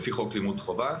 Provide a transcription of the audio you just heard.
לפי חוק לימוד חובה.